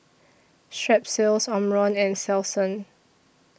Strepsils Omron and Selsun